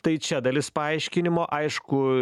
tai čia dalis paaiškinimo aišku